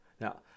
Now